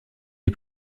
est